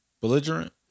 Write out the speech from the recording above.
belligerent